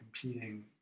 competing